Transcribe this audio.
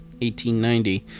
1890